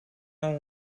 naar